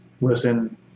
listen